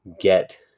get